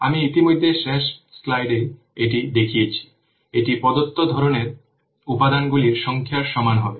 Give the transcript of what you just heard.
আমি ইতিমধ্যে শেষ স্লাইড এ এটি দেখিয়েছি এটি প্রদত্ত ধরণের উপাদানগুলির সংখ্যার সমান হবে